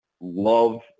love